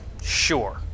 Sure